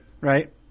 right